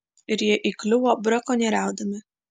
ir jie įkliuvo brakonieriaudami